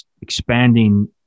expanding